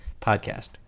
podcast